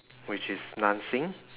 which is dancing